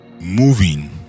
moving